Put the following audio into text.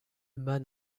man